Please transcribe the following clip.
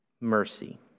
mercy